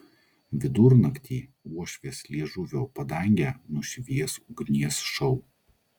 vidurnaktį uošvės liežuvio padangę nušvies ugnies šou